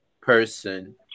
person